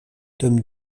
tome